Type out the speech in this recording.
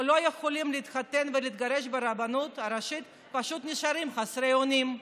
לא יכולים להתחתן ולהתגרש ברבנות הראשית פשוט נשארים חסרי אונים?